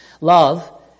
Love